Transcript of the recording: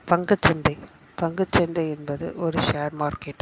பங்குச் சந்தை பங்குச் சந்தை என்பது ஒரு ஷேர் மார்க்கெட்